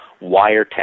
wiretap